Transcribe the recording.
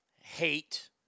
hate